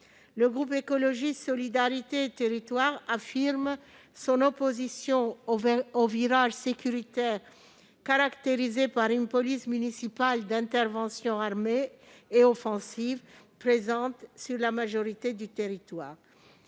Le groupe Écologiste - Solidarité et Territoires affirme son opposition au virage sécuritaire caractérisé par une police municipale d'intervention armée et offensive, présente sur la majorité du territoire.